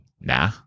Nah